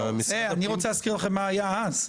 אני רוצה להזכיר לכם מה היה אז.